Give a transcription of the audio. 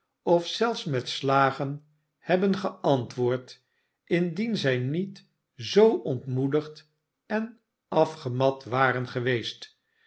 of zelfs met slagen hebben geantwoord indien zij niet zoo ontmoedigd en afgemat waren ge